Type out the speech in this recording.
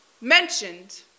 mentioned